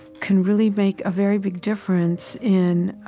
can really make a very big difference in,